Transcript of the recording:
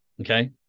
Okay